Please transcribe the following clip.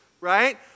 right